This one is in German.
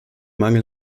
mangel